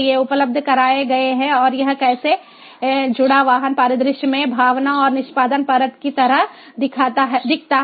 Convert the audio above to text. ये उपलब्ध कराए गए हैं और यह कैसे जुड़ा वाहन परिदृश्य में भावना और निष्पादन परत की तरह दिखता है